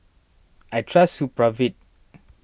I trust Supravit